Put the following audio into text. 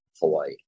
Hawaii